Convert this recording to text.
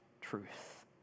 truth